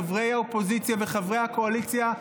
חברי האופוזיציה וחברי הקואליציה,